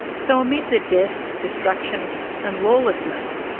so amid the death, destruction and lawlessness,